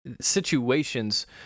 situations